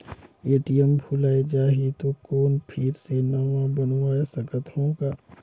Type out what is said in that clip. ATM भुलाये जाही तो कौन फिर से नवा बनवाय सकत हो का?